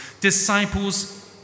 disciples